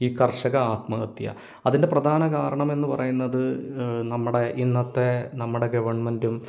ഈ കർഷക ആത്മഹത്യ അതിൻ്റെ പ്രധാന കാരണം എന്ന് പറയുന്നത് നമ്മുടെ ഇന്നത്തെ നമ്മുടെ ഗവൺമെൻറ്റും